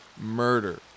murder